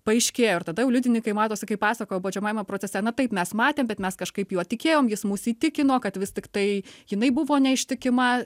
paaiškėjo ir tada jau liudininkai matosi kaip pasakojo baudžiamajame procese na taip mes matėm bet mes kažkaip juo tikėjom jis mus įtikino kad vis tiktai jinai buvo neištikima